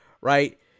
right